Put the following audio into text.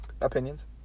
Opinions